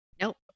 Nope